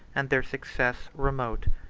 and their success remote,